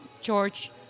George